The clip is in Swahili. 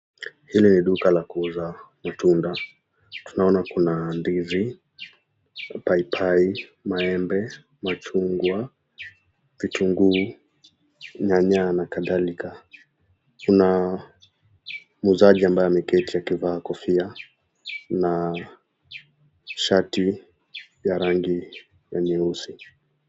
Hili ni duka la kuuza matunda. Tunaona kuna ndizi, papai, maembe, machungwa, vitunguu, nyanya na kadhalika. Kuna muuzaji ambaye ameketi akivaa kofia na shati ya rangi ya nyeusi.